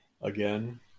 Again